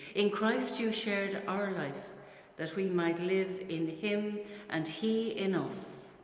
in christ you shared our life that we might live in him and he in us.